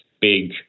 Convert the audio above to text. big